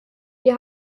wir